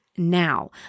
Now